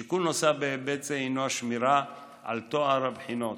שיקול נוסף בהיבט זה הינו השמירה על טוהר הבחינות,